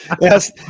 Yes